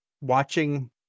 watching